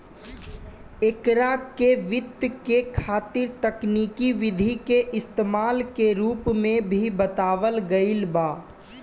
एकरा के वित्त के खातिर तकनिकी विधि के इस्तमाल के रूप में भी बतावल गईल बा